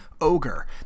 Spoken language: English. Ogre